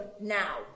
now